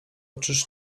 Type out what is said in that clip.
czyż